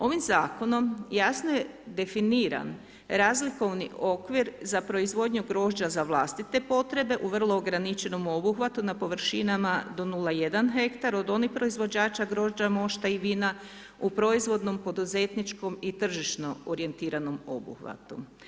Ovim zakonom jasno je definiran razlikovni okvir za proizvodnju grožđa za vlastite potrebe u vrlo ograničenom obuhvatu na površinama do 0.1 hektar od onih proizvođača grožđa, mošta i vina u proizvodnom, poduzetničkom i tržišnom orijentiranom poduhvatu.